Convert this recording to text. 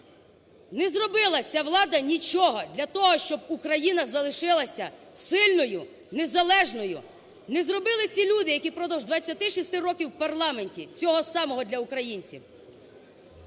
Не зробила ця влада нічого для того, щоб Україна залишилася сильною, незалежною, не зробили ці люди, які впродовж 26 років у парламенті, цього самого для українців.